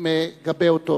מגבה אותו,